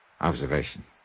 Observation